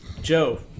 Joe